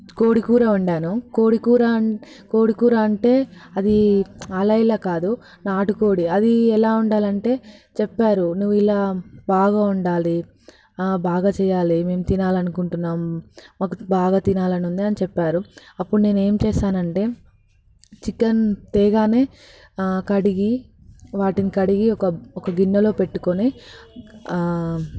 కోడికూర వండాను కోడికూర కోడికూర అంటే అది అలా ఇలా కాదు నాటుకోడి అది ఎలా వండాలి అంటే చెప్పారు నువ్వు ఇలా బాగా వండాలి బాగా చేయాలి మేము తినాలి అనుకుంటున్నాము మాకు బాగా తినాలని ఉంది అని చెప్పారు అప్పుడు నేను ఏం చేసానంటే చికెన్ తేగానే కడిగి వాటిని కడిగి ఒక ఒక గిన్నెలో పెట్టుకొని